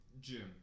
gym